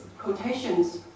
Quotations